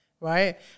right